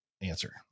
answer